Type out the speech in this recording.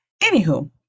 Anywho